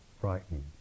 frightened